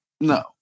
No